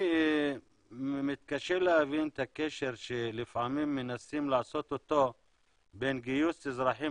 אני מתקשה להבין את הקשר שלפעמים מנסים לעשות בין גיוס אזרחים